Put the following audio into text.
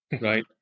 right